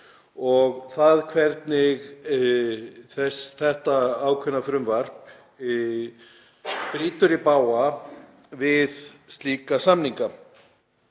og það hvernig þetta ákveðna frumvarp í brýtur í bága við slíka samninga.